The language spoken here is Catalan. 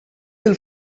del